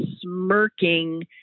smirking